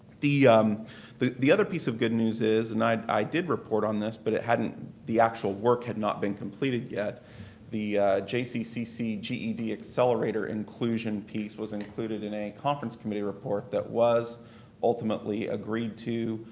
the the other piece of good news is and i i did report on this but it hadn't the actual work had not been completed yet the jccc ged accelerator inclusion piece was included in a conference committee report that was ultimately agreed to,